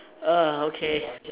ah okay